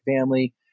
family